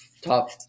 top